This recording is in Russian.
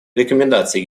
рекомендации